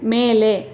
ಮೇಲೆ